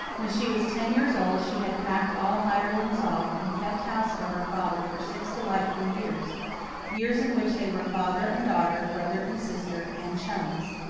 when she was ten years old she had packed all hirelings off, and kept house for her father for six delightful years years in which they were father and daughter, brother and sister, and chums.